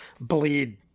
bleed